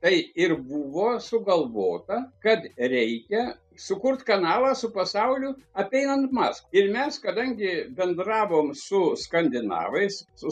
tai ir buvo sugalvota kad reikia sukurt kanalą su pasauliu apeinant maskvą ir mes kadangi bendravom su skandinavais su